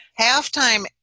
Halftime